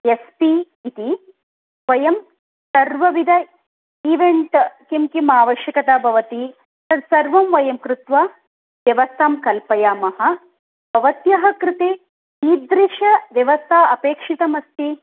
S P इति वयं सर्वविद इवेण्ट् किं किम् आवश्यकता भवति तत्सर्वं वयं कृत्वा व्यवस्थां कल्पयामः भवत्याः कृते कीदृशव्यवस्था अपेक्षितमस्ति